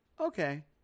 Okay